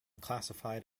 classified